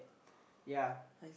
yeah